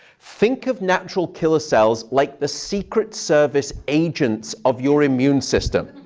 think of natural killer cells like the secret service agents of your immune system.